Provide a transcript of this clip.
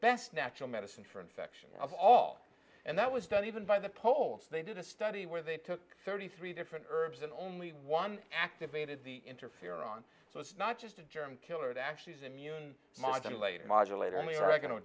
best natural medicine for infection of all and that was done even by the poles they did a study where they took thirty three different herbs and only one activated the interferon so it's not just a germ killer it actually is immune modulators modulator only are